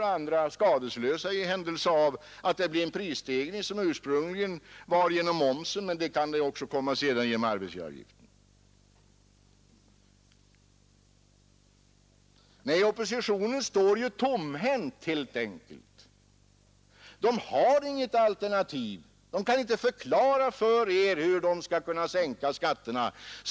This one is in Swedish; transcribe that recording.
När man nu har gjort det, så att kommunalskatterna måste stiga och vi måste bära denna omfördelning, då sägs det att 1970 års skattereform är förfelad. Det är inte riktigt att förringa den skattereformen.